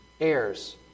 heirs